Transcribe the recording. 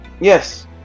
Yes